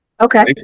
Okay